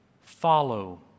follow